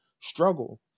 struggle